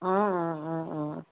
অঁ অঁ অঁ অঁ